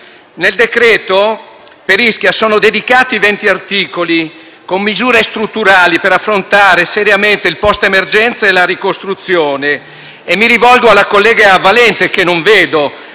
Nel decreto-legge a Ischia sono dedicati 20 articoli, con misure strutturali per affrontare seriamente il post-emergenza e la ricostruzione. Mi rivolgo alla collega Valente - che non vedo